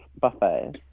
buffet